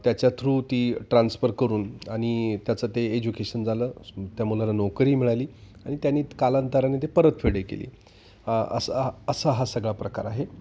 त्याच्या थ्रू ती ट्रान्स्फर करून आणि त्याचं ते एज्युकेशन झालं त्या मुला नोकरी मिळाली आणि त्यांनी कालांतराने ते परतफेडही केली असा असा हा सगळा प्रकार आहे